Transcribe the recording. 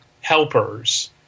helpers